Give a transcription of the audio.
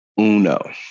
Uno